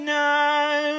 now